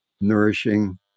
nourishing